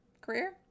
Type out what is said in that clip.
career